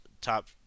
top